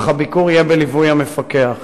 אך הביקור יהיה בליווי המפקח.